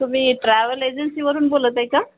तुम्ही ट्रॅव्हल एजन्सीवरून बोलत आहे का